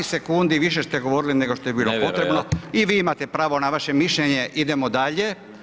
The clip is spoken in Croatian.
12 sekundi više ste govorili nego što je bilo potrebno i vi imate pravo na vaše mišljenje, idemo dalje.